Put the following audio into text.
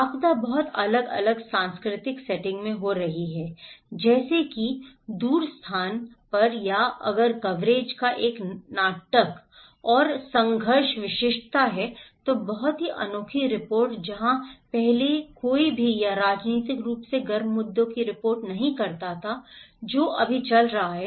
आपदा बहुत अलग सांस्कृतिक सेटिंग में हो रही है जैसे कि दूर स्थान पर या अगर कवरेज का एक नाटक और संघर्ष विशिष्टता है तो बहुत ही अनोखी रिपोर्ट जहां पहले कोई भी या राजनीतिक रूप से गर्म मुद्दों की रिपोर्ट नहीं करता था जो अभी चल रहा है